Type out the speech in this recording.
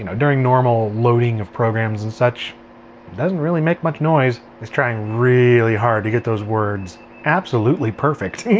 you know during normal loading of programs and such, it doesn't really make much noise. it's trying really hard to get those words absolutely perfect.